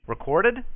recorded